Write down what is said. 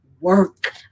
work